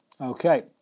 okay